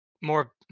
more